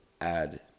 add